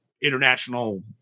international